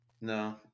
No